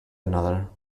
another